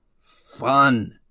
Fun